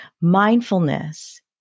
Mindfulness